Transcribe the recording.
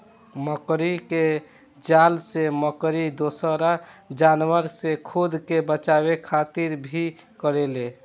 मकड़ी के जाल से मकड़ी दोसरा जानवर से खुद के बचावे खातिर भी करेले